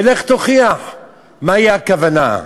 ולך תוכיח מה הכוונה.